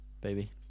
baby